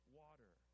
water